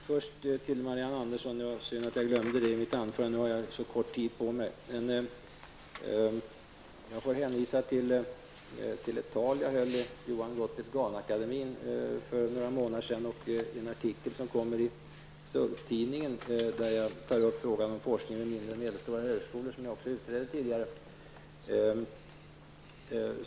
Herr talman! Marianne Andersson, det var synd att jag glömde det här i mitt anförande, och nu har jag så kort tid på mig. Jag får hänvisa till ett tal som jag höll i Johan Gottlieb Gahn-akademien för några månader sedan och till en artikel som kommer i SULF-tidningen, där jag tar upp frågan om forskningen vid små och medelstora högskolor, som jag också utredde tidigare.